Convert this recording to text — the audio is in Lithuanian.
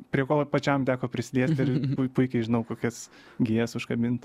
prie ko pačiam teko prisiliesti ir pui puikiai žinau kokias gijas užkabint